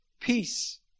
peace